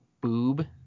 boob